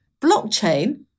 Blockchain